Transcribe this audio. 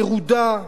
מרודה,